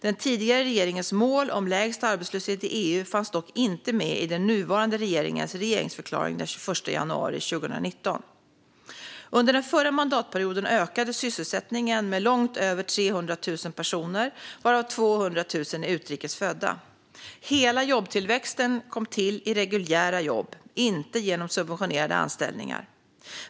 Den tidigare regeringens mål om lägst arbetslöshet i EU fanns dock inte med i den nuvarande regeringens regeringsförklaring den 21 januari 2019. Under den förra mandatperioden ökade antalet sysselsatta med långt över 300 000 personer, varav 200 000 är utrikes födda. Hela jobbtillväxten kom till i reguljära jobb - inte genom subventionerade anställningar.